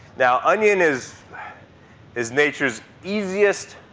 now, onion is is nature's easiest